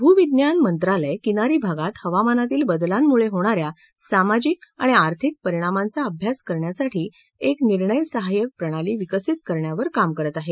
भूविज्ञान मंत्रालय किनारी भागात हवामानातील बदलांमुळे होणाऱ्या सामाजिक आणि आर्थिक परिणामांचा अभ्यास करण्यासाठी एक निर्णय सहाय्यक प्रणाली विकसित करण्यावर काम करत आहे